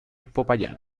popayán